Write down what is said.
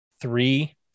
three